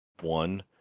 One